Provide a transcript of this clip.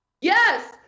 yes